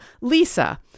Lisa